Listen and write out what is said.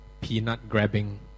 peanut-grabbing